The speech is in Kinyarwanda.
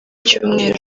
cyumweru